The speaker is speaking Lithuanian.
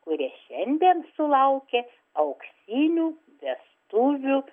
kuris šiandien sulaukė auksinių vestuvių